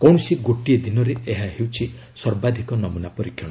କୌଣସି ଗୋଟିଏ ଦିନରେ ଏହା ହେଉଛି ସର୍ବାଧିକ ନମ୍ନା ପରୀକ୍ଷଣ